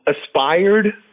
aspired